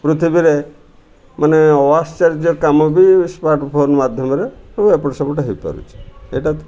ପୃଥିବୀରେ ମାନେ wash charger କାମ ବି ସ୍ମାର୍ଟଫୋନ୍ ମାଧ୍ୟମରେ ସବୁ ଏପଟ ସେପଟ ହେଇପାରୁଛି ଏଇଟା